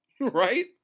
Right